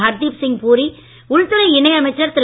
ஹர்தீப்சிங் பூரி உள்துறை இணை அமைச்சர் திரு